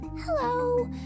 hello